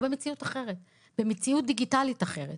אנחנו במציאות אחרת, במציאות דיגיטלית אחרת.